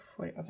Okay